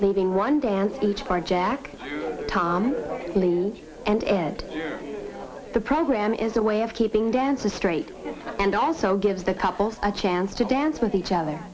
leaving one dance each for jack tom and it the program is a way of keeping dance the straight and also give the couples a chance to dance with each other